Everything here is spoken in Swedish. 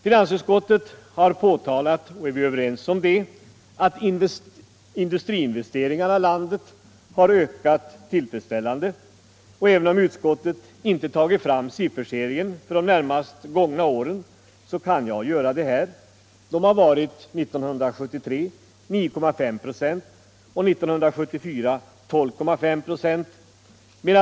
Finansutskottet har påtalat att industriinvesteringarna i landet har ökat tillfredsställande även om inte siffrorna för de närmast gångna åren har nämnts. Men det kan jag göra här. Investeringarna ökade 1973 med 9,5 96 och 1974 med 12,5 96.